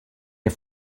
der